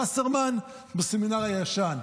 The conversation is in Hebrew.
וסרמן בסמינר הישן,